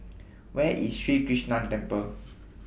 Where IS Sri Krishnan Temple